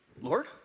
Lord